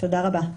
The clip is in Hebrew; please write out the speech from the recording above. תודה רבה.